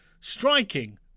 striking